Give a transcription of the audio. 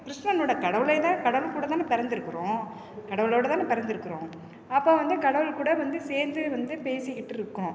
கிருஷ்ணனோடு கடவுளேதான் கடவுள் கூட தானே பிறந்துருக்குறோம் கடவுளோடுதானே பிறந்துருக்குறோம் அப்போது வந்து கடவுள் கூட வந்து சேர்ந்து வந்து பேசிக்கிட்டிருக்கோம்